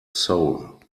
soul